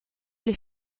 les